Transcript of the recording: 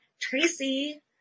Tracy